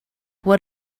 what